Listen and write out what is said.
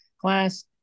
class